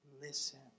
listen